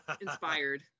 inspired